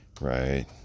Right